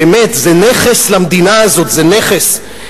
באמת, זה נכס למדינה הזו, זה נכס.